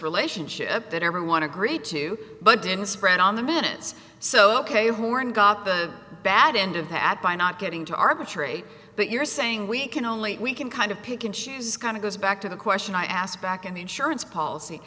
relationship that everyone agreed to but didn't spread on the minutes so ok you who are in got the bad end of that by not getting to arbitrate but you're saying we can only we can kind of pick and choose kind of goes back to the question i asked back in the insurance policy